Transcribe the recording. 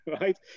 right